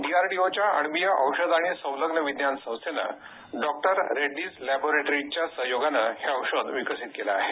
डीआरडीओच्या अण्वीय औषध आणि संलग्न विज्ञान संस्थेनं डॉक्टर रेड्डीज लॅबोरेटरीजच्या सहयोगाने हे औषध विकसित केलं आहे